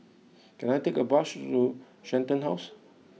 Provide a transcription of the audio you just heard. can I take a bus to Shenton House